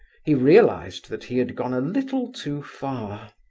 he realized that he had gone a little too far.